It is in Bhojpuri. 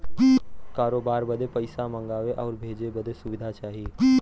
करोबार बदे पइसा मंगावे आउर भेजे बदे सुविधा चाही